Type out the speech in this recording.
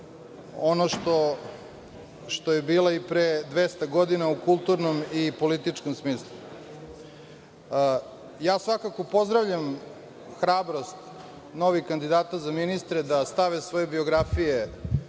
ono što je bila i pre dvesta godina u kulturnom i političkom smislu. Svakako pozdravljam hrabrost novih kandidata za ministre da stave svoje biografije